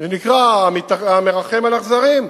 זה נקרא: המרחם על אכזרים.